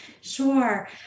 Sure